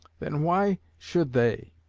then why should they,